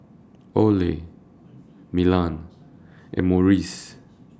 Olay Milan and Morries